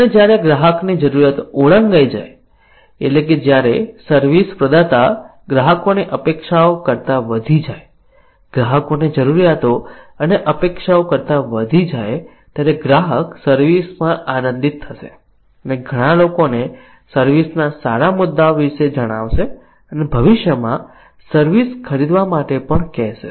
અને જ્યારે ગ્રાહકની જરૂરિયાતો ઓળંગાઈ જાય એટલે કે જ્યારે સર્વિસ પ્રદાતા ગ્રાહકોની અપેક્ષાઓ કરતાં વધી જાય ગ્રાહકોની જરૂરિયાતો અને અપેક્ષાઓ કરતાં વધી જાય ત્યારે ગ્રાહક સર્વિસ માં આનંદિત થશે અને ઘણા લોકોને સર્વિસ ના સારા મુદ્દાઓ વિશે જણાવશે અને ભવિષ્યમાં સર્વિસ ખરીદવા માટે પણ કહેશે